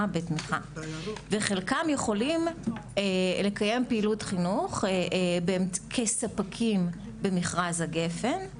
בתמיכה וחלקם יכולים לקיים פעילות חינוך כספקים במכרז הגפן,